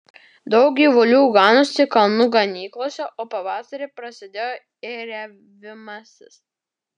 daug gyvulių ganosi kalnų ganyklose o pavasarį prasidėjo ėriavimasis